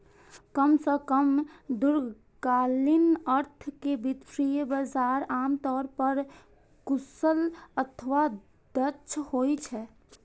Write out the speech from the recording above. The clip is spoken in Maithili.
कम सं कम दीर्घकालीन अर्थ मे वित्तीय बाजार आम तौर पर कुशल अथवा दक्ष होइ छै